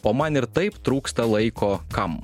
o man ir taip trūksta laiko kam